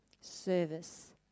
Service